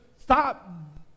stop